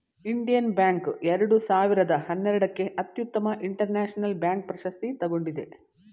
Indian bank ಎರಡು ಸಾವಿರದ ಹನ್ನೆರಡಕ್ಕೆ ಅತ್ಯುತ್ತಮ ಇಂಟರ್ನ್ಯಾಷನಲ್ ಬ್ಯಾಂಕ್ ಪ್ರಶಸ್ತಿ ತಗೊಂಡಿದೆ